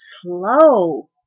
slow